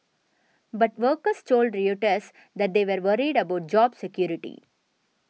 but workers told Reuters that they were worried about job security